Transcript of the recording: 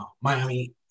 Miami